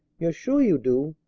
you're sure you do?